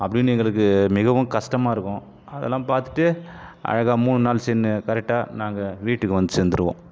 அப்படின்னு எங்களுக்கு மிகவும் கஷ்டமா இருக்கும் அதெல்லாம் பார்த்துட்டு அழகாக மூணு நாள் சென் கரெக்டாக நாங்கள் வீட்டுக்கு வந்து சேர்ந்துருவோம்